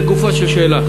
לגופה של שאלה,